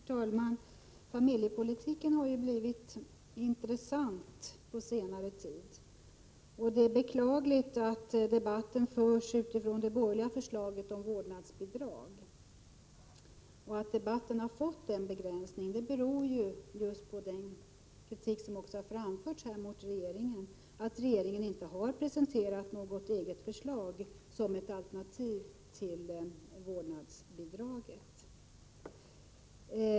Herr talman! Familjepolitiken har ju blivit intressant på senare tid, och det är beklagligt att debatten förs utifrån det borgerliga förslaget till vårdnadsbidrag. Att debatten har fått den begränsningen beror på — den kritiken har ju också framförts här i dag — att regeringen inte har presenterat något eget förslag som alternativ till vårdnadsbidraget.